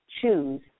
choose